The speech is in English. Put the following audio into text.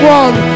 one